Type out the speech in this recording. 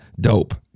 dope